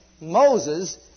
Moses